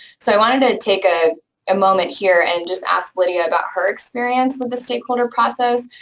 so i wanted to take a moment here and just ask lydia about her experience with the stakeholder process,